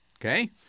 okay